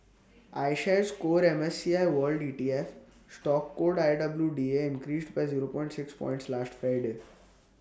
iShares core M S C I world E T F stock code I W D A increased by zero point six points last Friday